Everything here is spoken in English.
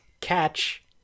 Catch